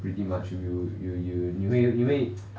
pretty much you you you you 你会你会